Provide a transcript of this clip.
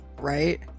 right